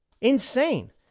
Insane